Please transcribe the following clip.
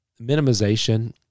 Minimization